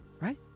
right